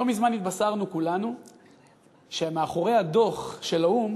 לא מזמן התבשרנו כולנו שמאחורי הדוח של האו"ם